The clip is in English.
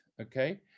Okay